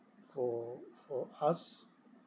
for for us